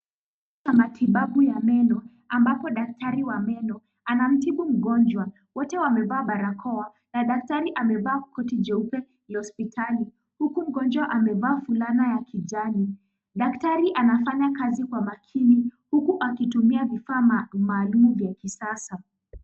Matibabu ya meno ambapo daktari anamtibu mgonjwa, wote wamevaa barakoa na daktari amevaa koti jeupe ya hospitali huku mgonjwa amevaa fulana ya kijani. Daktari anafanya kazi kwa makini huku akitumia vifaa maalum maalum za kisasa.